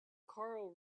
carl